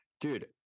dude